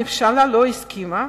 הממשלה לא הסכימה,